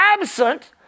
absent